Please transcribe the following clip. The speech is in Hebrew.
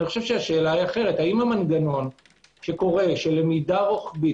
השאלה היא אחרת: האם המנגנון שקורה של למידה רוחבית,